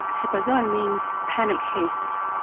ah chipazon means panic haste.